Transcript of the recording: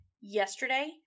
yesterday